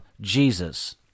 Jesus